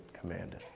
commanded